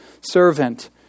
servant